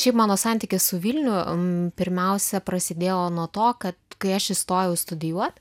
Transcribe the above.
šiaip mano santykis su vilnium pirmiausia prasidėjo nuo to kad kai aš įstojau studijuot